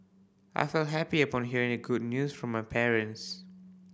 I felt happy upon hearing the good news from my parents